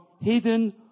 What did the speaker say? hidden